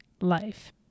life